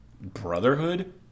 Brotherhood